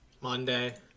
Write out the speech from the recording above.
Monday